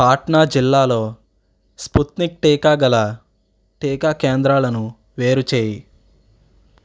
పాట్నా జిల్లాలో స్పృత్నిక్ టీకా గల టీకా కేంద్రాలను వేరు చేయి